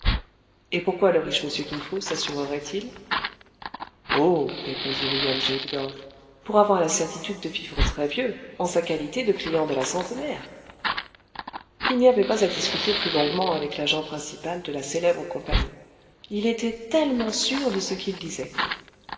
et pourquoi le riche monsieur kin fo sassurerait il oh répondit william j bidulph pour avoir la certitude de vivre très vieux en sa qualité de client de la centenaire il n'y avait pas à discuter plus longuement avec l'agent principal de la célèbre compagnie il était tellement sûr de ce qu'il disait